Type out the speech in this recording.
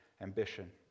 ambition